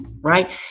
right